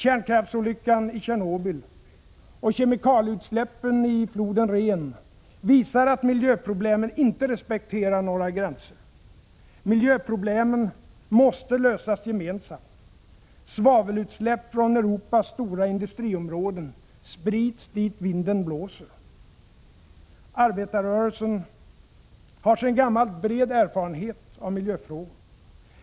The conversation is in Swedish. Kärnkraftsolyckan i Tjernobyl och kemikalieutsläppen i floden Rhen visar att miljöproblemen inte respekterar några gränser. Miljöproblemen måste lösas gemensamt. Svavelutsläpp från Europas stora industriområden sprids dit vinden blåser. Arbetarrörelsen har sedan gammalt bred erfarenhet av miljöfrågor.